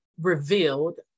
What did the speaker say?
revealed